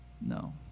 No